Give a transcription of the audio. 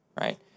right